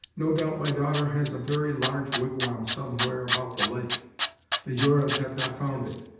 no doubt my daughter has a very large wigwam somewhere about the lake the hurons have not found it,